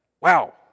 Wow